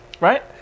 right